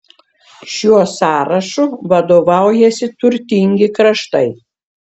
šiuo sąrašu vadovaujasi turtingi kraštai